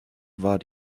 war